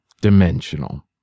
dimensional